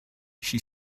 she